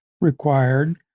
required